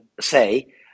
say